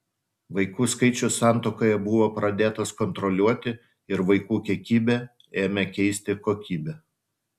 vaikų skaičius santuokoje buvo pradėtas kontroliuoti ir vaikų kiekybę ėmė keisti kokybė